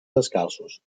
descalços